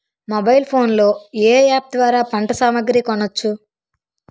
Mobile phone లో ఏ app ద్వారా పంట సామాగ్రి కొనచ్చు?